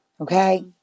okay